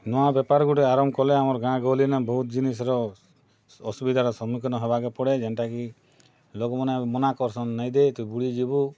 ନୂଆ ବେପାର୍ ଗୁଟେ ଆରମ୍ଭ କଲେ ଆମର୍ ଗାଁ ଗହଲି ନେ ବହୁତ୍ ଜିନିଷ୍ର ଅସୁବିଧାର ସମ୍ମୁଖୀନ୍ ହେବାକେ ପଡ଼େ ଯେନ୍ଟାକି ଲୋକ୍ ମାନେ ମନାକରସନ୍ ନେଇ ଦେ ତୁ ବୁଡ଼ି ଯିବୁ